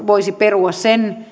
voisi perua sen